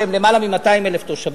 שיש בהן למעלה מ-200,000 תושבים,